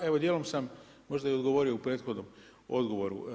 Pa evo dijelom sam možda i odgovorio u prethodnom odgovoru.